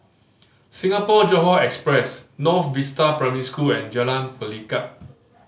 Singapore Johore Express North Vista Primary School and Jalan Pelikat